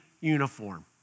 uniform